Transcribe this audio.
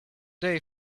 day